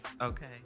okay